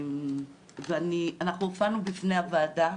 ואנחנו הופענו בפני הוועדה.